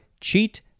cheat